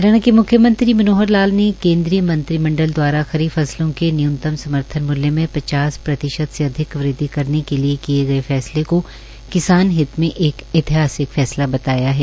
हरियाणा के म्ख्यमंत्री मनोहर लाल ने केन्द्रीय मंत्रिमंडल द्वारा खरीफ फसलों के न्यूनतम समर्थन मूल्य में पचास प्रतिशत से अधिक वृद्वि करने के लिए गए फैसले को किसान हित में एक ऐतिहासिक फैसला बताया है